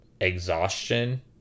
exhaustion